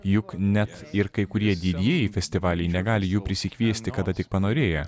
juk net ir kai kurie didieji festivaliai negali jų prisikviesti kada tik panorėję